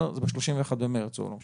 זה ב-31 במרץ או לא משנה,